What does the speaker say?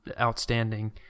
outstanding